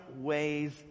ways